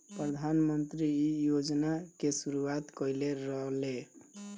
प्रधानमंत्री इ योजना के शुरुआत कईले रलें